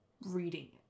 reading